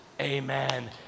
amen